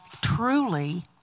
truly